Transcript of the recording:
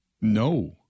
no